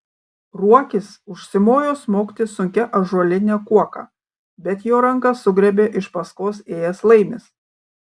ruokis užsimojo smogti sunkia ąžuoline kuoka bet jo ranką sugriebė iš paskos ėjęs laimis